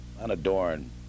unadorned